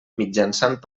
mitjançant